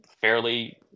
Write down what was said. fairly